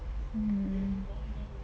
mm